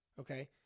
okay